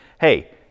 Hey